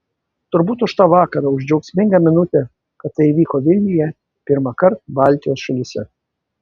turbūt už tą vakarą už džiaugsmingą minutę kad tai įvyko vilniuje pirmąkart baltijos šalyse